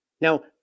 Now